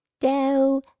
doe